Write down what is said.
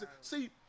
See